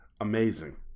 amazing